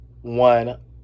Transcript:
one